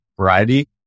variety